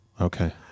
Okay